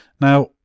Now